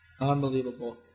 Unbelievable